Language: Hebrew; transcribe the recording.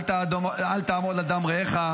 אל תעמוד על דם רעך,